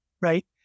right